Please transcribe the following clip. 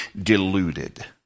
deluded